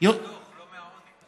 יוצאים מהדוח, לא מהעוני.